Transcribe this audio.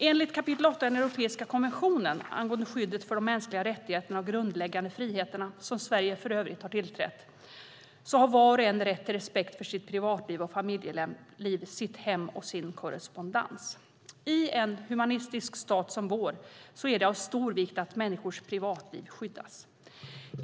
Enligt kap. 8 i den europeiska konventionen om skyddet för de mänskliga rättigheterna och grundläggande friheterna, som Sverige för övrigt har tillträtt, har var och en rätt till respekt för sitt privatliv och familjeliv, sitt hem och sin korrespondens. I en humanistisk stat som vår är det av stor vikt att människors privatliv skyddas.